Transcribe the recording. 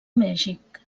mèxic